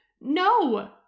No